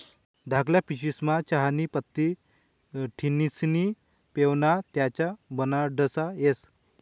धाकल्ल्या पिशवीस्मा चहानी पत्ती ठिस्नी पेवाना च्या बनाडता येस